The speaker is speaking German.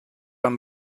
man